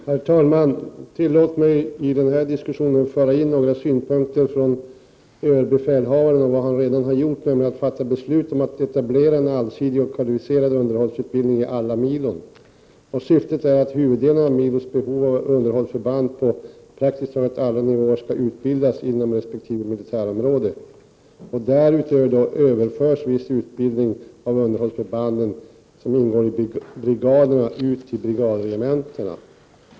Herr talman! Tillåt mig att i denna diskussion föra in något om vilka synpunkter överbefälhavaren har och vad han har gjort. Han har fattat beslut om att etablera en allsidig och kvalificerad underhållsutbildning i alla milon. Syftet är att huvuddelen av milos underhållsförband på praktiskt taget alla nivåer skall utbildas inom resp. militärområde. Därutöver överförs viss utbildning av underhållsförbanden, som ingår i brigaderna, ut till brigadregementena.